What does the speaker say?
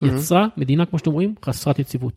יצרה מדינה כמו שאתם רואים חסרת יציבות.